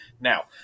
Now